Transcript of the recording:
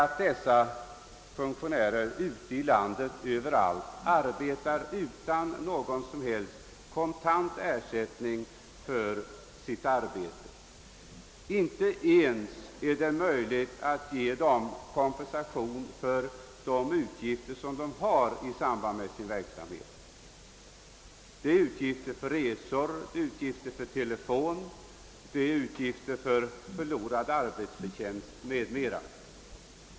Dessa funktionärer överallt ute i landet arbetar utan någon som helst kontant ersättning för sitt arbete. Man har inte ens möjlighet att ge dem kompensation för de utgifter de har i samband med sin verksamhet — det gäller utgifter för resor och telefon, förlorad arbetsförtjänst m.m.